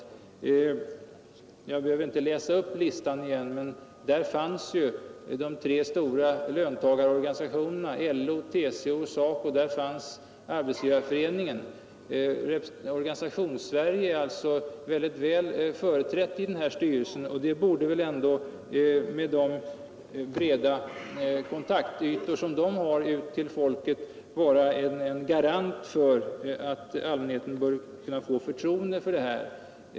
Det är inte nödvändigt att jag läser upp listan igen, men där finns ju de tre stora löntagarorganisationerna LO, TCO och SACO liksom Arbetsgivareföreningen. Organisationssverige är alltså mycket väl företrätt i den här styrelsen, och det borde väl ändå, med de breda kontaktytor som dessa organisationer har mot folket, vara en garanti för att allmänheten får förtroende för verksamheten.